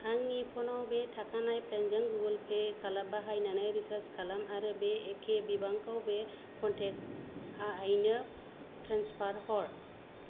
आंनि फ'न आव बे थाखानाय प्लेन जों गुगोल पे खौ बाहायनानै रिचार्ज खालाम आरो बे एखे बिबांखौ बे क'नटेक्ट आइनो ट्रेन्सफार हर